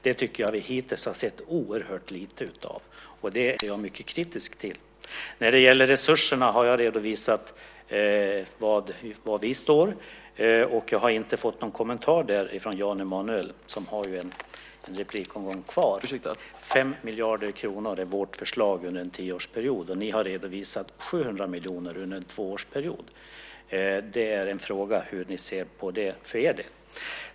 Jag tycker att vi hittills har sett oerhört lite av det, och det är jag mycket kritisk till. När det gäller resurserna har jag redovisat var vi står. Jag har inte fått någon kommentar om det från Jan Emanuel, men han har en replik kvar. Vårt förslag är 5 miljarder kronor under en tioårsperiod, och ni har redovisat 700 miljoner under en tvåårsperiod. Frågan är hur ni för er del ser på det.